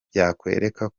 byakwereka